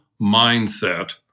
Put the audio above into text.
mindset